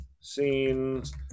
scenes